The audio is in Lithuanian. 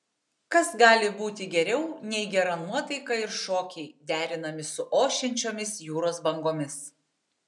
kas gali būti geriau nei gera nuotaika ir šokiai derinami su ošiančiomis jūros bangomis